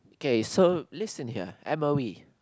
K so listen here m_o_e